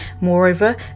Moreover